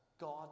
God